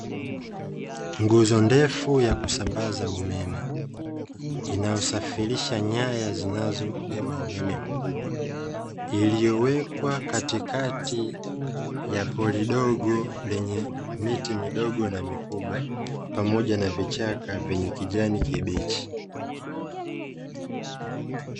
Nguzo ndefu ya kusambaza umeme inayosafirisha nyaya zinazo beba umeme mkubwa, iliyowekwa katikati ya pori dogo lenye miti midogo na mikuba pamoja na vichaka vibichi.